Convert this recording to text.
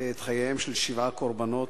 את חייהם של שבעה קורבנות.